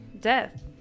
Death